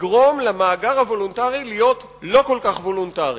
לגרום למאגר הוולונטרי להיות לא כל כך וולונטרי.